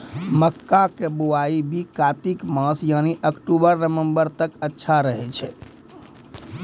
मक्का के बुआई भी कातिक मास यानी अक्टूबर नवंबर तक अच्छा रहय छै